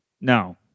No